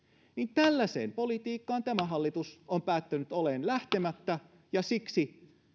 tällaiseen politiikkaan tämä hallitus on päättänyt olla lähtemättä ja siksi